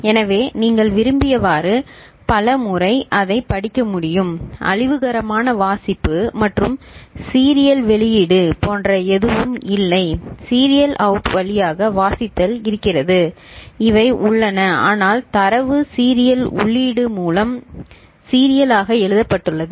எனவே நீங்கள் விரும்பியவாறு பல முறை அதைப் படிக்க முடியும் அழிவுகரமான வாசிப்பு மற்றும் சீரியல் வெளியீடு போன்ற எதுவும் இல்லை சீரியல் அவுட் வழியாக வாசித்தல் இருக்கிறது இவை உள்ளன ஆனால் தரவு சீரியல் உள்ளீடு மூலம் சீரியலாக எழுதப்பட்டுள்ளது